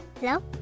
Hello